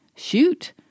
Shoot